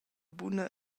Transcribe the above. buna